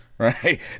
right